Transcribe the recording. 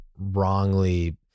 wrongly